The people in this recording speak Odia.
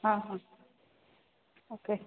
ହଁ ହଁ ଓ କେ